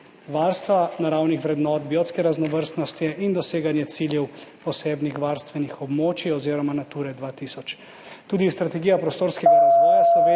varstva naravnih vrednot, biotske raznovrstnosti in doseganje ciljev posebnih varstvenih območij oziroma Nature 2000. Tudi strategija prostorskega razvoja Slovenije,